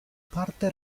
parte